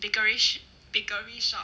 bakery bakery shop